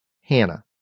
Hannah